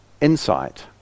insight